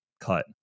cut